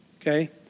okay